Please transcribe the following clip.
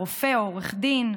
או רופא או עורך דין.